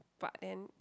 but then